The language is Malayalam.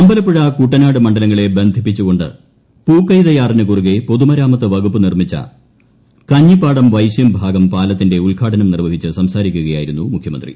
അമ്പലപ്പുഴ കുട്ടനാട് മണ്ഡലങ്ങളെ ബന്ധിപ്പിച്ചുകൊണ്ട് പൂക്കൈതയാറിനു കുറുകെ പൊതുമരാമത്ത് വകുപ്പ് നിർമ്മിച്ച കഞ്ഞിപ്പാടം വൈശ്യം ഭാഗം പാലത്തിന്റെ ഉദ്ഘാടനം നിർവഹിച്ച് സംസാരിക്കുകയായിരുന്നു മുഖ്യമന്ത്രി